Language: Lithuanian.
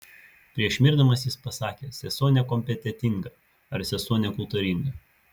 prieš mirdamas jis pasakė sesuo nekompetentinga ar sesuo nekultūringa